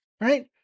right